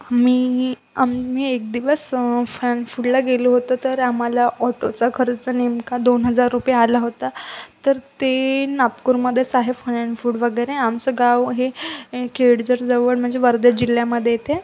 मी आम्ही एक दिवस फन फूडला गेलो होतो तर आम्हाला ऑटोचा खर्च नेमका दोन हजार रुपये आला होता तर ते नागपूरमध्येच आहे फन अँड फूड वगैरे आमचं गाव हे केळझर जवळ म्हणजे वर्धा जिल्ह्यामध्ये येते